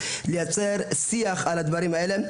על מנת לייצר שיח על הדבר הזה.